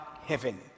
heaven